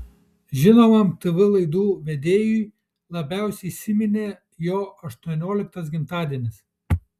žinomam tv laidų vedėjui labiausiai įsiminė jo aštuonioliktas gimtadienis